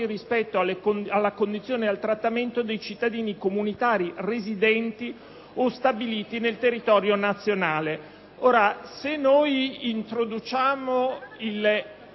rispetto alla condizione e al trattamento dei cittadini comunitari residenti o stabiliti nel territorio nazionale». Ora, se noi introduciamo